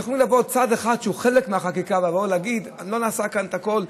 יכול לבוא צד אחד שהוא חלק מהחקיקה ולהגיד: לא נעשה כאן הכול,